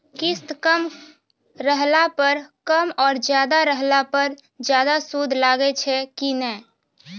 किस्त कम रहला पर कम और ज्यादा रहला पर ज्यादा सूद लागै छै कि नैय?